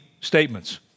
statements